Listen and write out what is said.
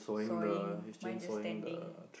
sawing mine just standing